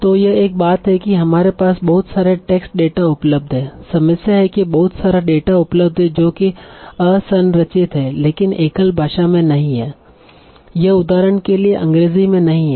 तो यह एक बात है कि हमारे पास बहुत सारे टेक्स्ट डेटा उपलब्ध हैं समस्या है की बहुत सारा डेटा उपलब्ध है जो कि असंरचित है लेकिन एकल भाषा में नहीं है यह उदाहरण के लिए अंग्रेजी में नहीं है